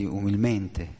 umilmente